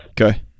Okay